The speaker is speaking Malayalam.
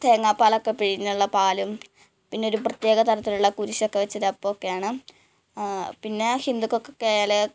തേങ്ങാപ്പാലൊക്കെ പിഴിഞ്ഞുള്ള പാലും പിന്നെ ഒരു പ്രിത്യേക തരത്തിലുള്ള കുരിശൊക്കെ വച്ച ഒരു അപ്പമൊക്കെയാണ് പിന്നെ ഹിന്ദുക്കൾകൊക്കെ ആയാല്